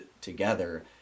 together